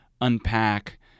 unpack